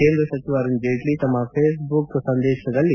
ಕೇಂದ್ರ ಸಚಿವ ಅರುಣ್ ಜೇಟ್ಲ ತಮ್ನ ಫೇಸ್ಬುಕ್ ಸಂದೇಶದಲ್ಲಿ